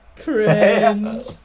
cringe